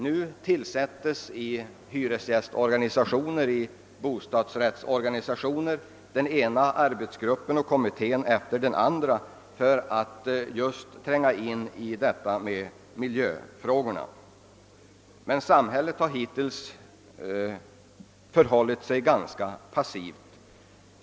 Nu tillsättes i hyresgästoch bostadsrättsorganisationer den ena arbetsgruppen och kommittén efter den andra just för att tränga in i miljöfrågorna, men samhället har hittills förhållit sig ganska passivt.